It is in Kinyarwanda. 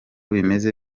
bimeze